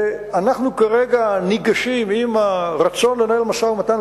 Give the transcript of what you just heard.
שאנחנו כרגע ניגשים עם הרצון לנהל משא-ומתן,